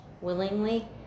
willingly